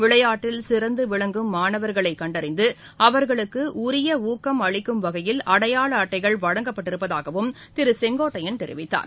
விளையாட்டில் சிறந்து விளங்கும் மாணவர்களை கண்டறிந்து அவர்களுக்கு உரிய ஊக்கம் அளிக்கும் வகையில் அடையாள அட்டைகள் வழங்கப்பட்டிருப்பதுகவும் திரு செங்னோட்டையன் தெரிவிக்கார்